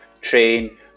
train